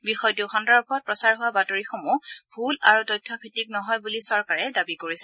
বিষয়টো সন্দৰ্ভত প্ৰচাৰ হোৱা বাতৰিসমূহ ভূল আৰু তথ্য ভিত্তিক নহয় বুলি চৰকাৰে দাবী কৰিছে